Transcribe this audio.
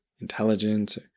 intelligence